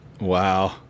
Wow